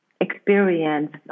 experience